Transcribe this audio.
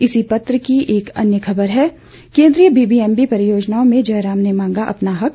इसी पत्र की एक अन्य खबर है केंद्रीय बीबीएमबी परियोजनाओं में जयराम ने मांगा अपना हक